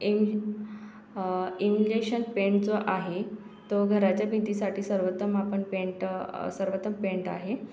M emulsion paint जो आहे तो घराच्या भिंतीसाठी सर्वोत्तम आपण पेंट सर्वोत्तम पेंट आहे